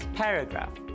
paragraph